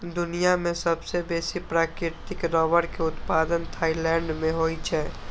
दुनिया मे सबसं बेसी प्राकृतिक रबड़ के उत्पादन थाईलैंड मे होइ छै